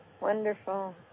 Wonderful